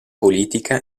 politica